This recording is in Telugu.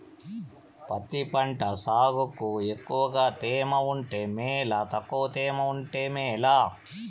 పత్తి పంట సాగుకు ఎక్కువగా తేమ ఉంటే మేలా తక్కువ తేమ ఉంటే మేలా?